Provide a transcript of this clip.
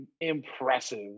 impressive